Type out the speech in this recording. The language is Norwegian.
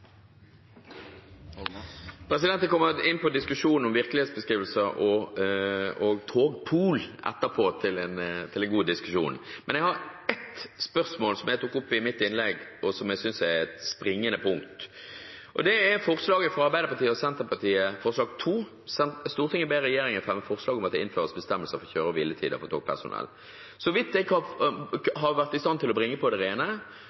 Jeg kommer inn på dette med virkelighetsbeskrivelser og togpool etterpå – til en god diskusjon – men jeg har ett spørsmål, som jeg tok opp i mitt innlegg, og som jeg synes er et springende punkt, og det gjelder forslaget fra Arbeiderpartiet og Senterpartiet, forslag nr. 2: «Stortinget ber regjeringen fremme forslag om at det innføres bestemmelser for kjøre- og hviletider for togpersonell.» Så vidt jeg har vært i stand til å bringe på det rene,